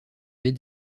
baie